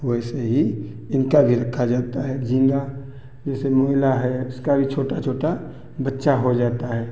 वैसे ही इनका भी रखा जाता है झींगा जैसे मोइला है उसका भी छोटा छोटा बच्चा हो जाता है